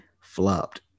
flopped